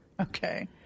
Okay